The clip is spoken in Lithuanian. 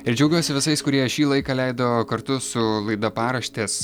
ir džiaugiuosi visais kurie šį laiką leido kartu su laida paraštės